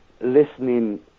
listening